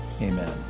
Amen